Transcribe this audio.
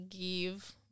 give